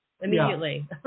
immediately